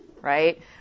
right